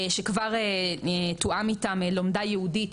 שכבר תואמה איתם לומדה ייעודית,